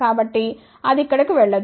కాబట్టి అది ఇక్కడకు వెళ్ళదు